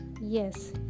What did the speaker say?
Yes